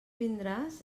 vindràs